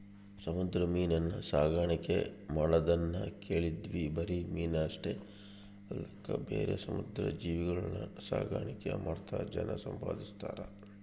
ಸಮುದ್ರ ಮೀನುನ್ನ ಸಾಕಣ್ಕೆ ಮಾಡದ್ನ ಕೇಳಿದ್ವಿ ಬರಿ ಮೀನಷ್ಟೆ ಅಲ್ದಂಗ ಬೇರೆ ಸಮುದ್ರ ಜೀವಿಗುಳ್ನ ಸಾಕಾಣಿಕೆ ಮಾಡ್ತಾ ಜನ ಸಂಪಾದಿಸ್ತದರ